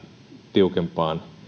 tiukempaan